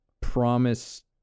promise